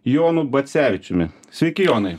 jonu bacevičiumi sveiki jonai